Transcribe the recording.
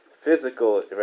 physical